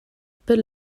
per